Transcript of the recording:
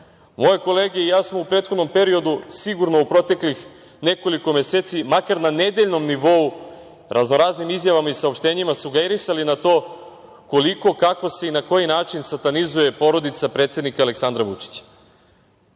kolege i ja smo u prethodnom periodu, sigurno u proteklih nekoliko meseci, makar na nedeljnom nivou raznoraznim izjavama i saopštenjima sugerisali na to koliko, kako se i na koji način satanizuje porodica predsednika Aleksandra Vučića.